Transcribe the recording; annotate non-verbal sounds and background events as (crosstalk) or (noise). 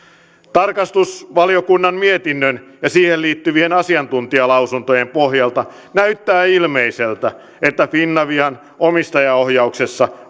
tarkastusvaliokunnan mietinnön ja siihen liittyvien asiantuntijalausuntojen pohjalta näyttää ilmeiseltä että finavian omistajaohjauksessa (unintelligible)